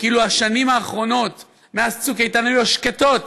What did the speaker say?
כאילו השנים האחרונות מאז צוק איתן היו השקטות